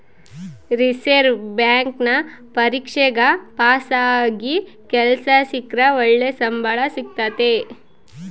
reserve ಬ್ಯಾಂಕಿನ ಪರೀಕ್ಷೆಗ ಪಾಸಾಗಿ ಕೆಲ್ಸ ಸಿಕ್ರ ಒಳ್ಳೆ ಸಂಬಳ ಸಿಕ್ತತತೆ